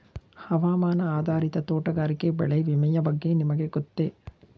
ಹವಾಮಾನ ಆಧಾರಿತ ತೋಟಗಾರಿಕೆ ಬೆಳೆ ವಿಮೆಯ ಬಗ್ಗೆ ನಿಮಗೆ ಗೊತ್ತೇ?